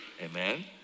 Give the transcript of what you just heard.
Amen